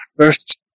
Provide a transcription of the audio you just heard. First